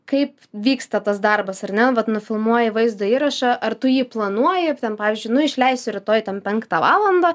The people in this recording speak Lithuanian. kaip vyksta tas darbas ar ne vat nufilmuoji vaizdo įrašą ar tu jį planuoji ir ten pavyzdžiui nu išleisiu rytoj ten penktą valandą